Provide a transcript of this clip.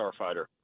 Starfighter